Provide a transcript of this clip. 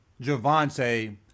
Javante